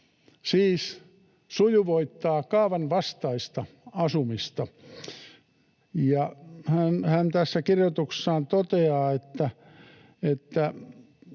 siis sujuvoittaa kaavan vastaista asumista. Ja hän tässä kirjoituksessaan toteaa: